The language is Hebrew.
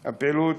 הפעילות,